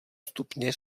stupně